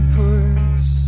puts